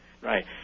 Right